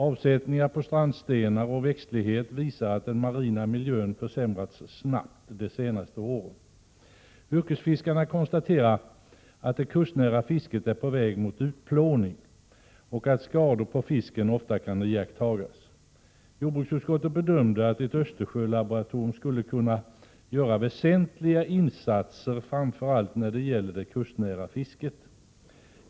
Avsättningar på strandstenar och växter visar att den marina miljön har försämrats snabbt under de senaste åren. Yrkesfiskarna konstaterar att det kustnära fisket är på väg att utplånas och att skador på fisk ofta kan iakttas. Jordbruksutskottet bedömde att ett Östersjölaboratorium skulle kunna göra väsentliga insatser, framför allt när gäller det kustnära fisket.